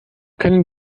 können